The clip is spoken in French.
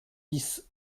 bis